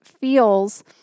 feels